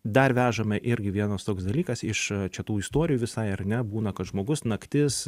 dar vežame irgi vienas toks dalykas iš čia tų istorijų visai ar ne būna kad žmogus naktis